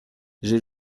j’ai